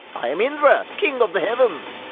i am indra, king of the heavens!